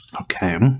Okay